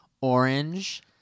Orange